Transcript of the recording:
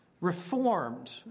reformed